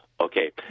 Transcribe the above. Okay